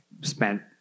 spent